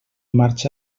marxa